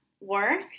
work